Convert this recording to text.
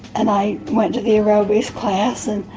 and i went to the aerobics class and